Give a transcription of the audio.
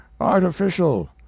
artificial